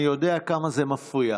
אני יודע כמה זה מפריע.